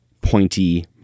pointy